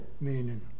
meaning